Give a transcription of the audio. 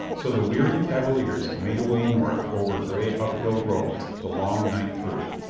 so the weary cavaliers made away north over gray uphill roads the long night through.